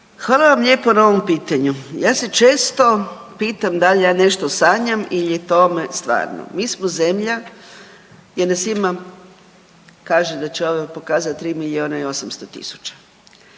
Hvala vam lijepo na ovom pitanju. Ja se često pitam dal ja nešto sanjam il je tome stvarno. Mi smo zemlja gdje nas ima, kaže da će ovo pokaza 3 milijuna i 800 tisuća.